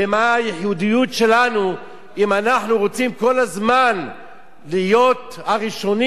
במה הייחודיות שלנו אם אנחנו רוצים כל הזמן להיות הראשונים